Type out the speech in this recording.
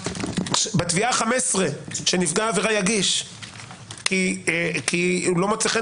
בתביעה ה-15 שנפגע העבירה יגיש כי לא מוצא חן